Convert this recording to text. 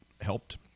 helped